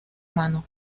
mano